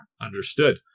Understood